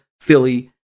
Philly